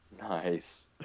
nice